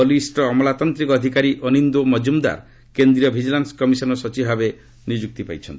ବରିଷ୍ଣ ଅମଲାତାନ୍ତ୍ରିକ ଅଧିକାରୀ ଅନିନ୍ଦୋ ମଙ୍ଗୁମ୍ଦାର କେନ୍ଦ୍ରୀୟ ଭିଜିଲାନ୍ସ କମିଶନର ସଚିବ ଭାବେ ନିଯ୍ୟକ୍ତି ପାଇଛନ୍ତି